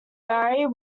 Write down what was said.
barry